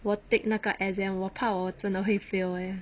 我 take 那个 exam 我怕我真的会 fail eh